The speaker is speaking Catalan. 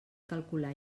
calcular